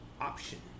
option